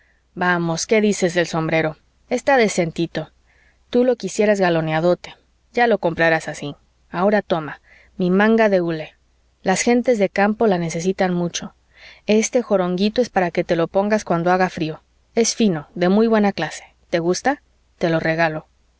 vamos qué dices del sombrero está decentito tú lo quisieras galoneadote ya lo comprarás así ahora toma mi manga de hule las gentes de campo la necesitan mucho este joronguito es para que te lo pongas cuando haga frío es fino de muy buena clase te gusta te lo regalo